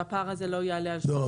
שהפער הזה לא יעלה על 30%. לא,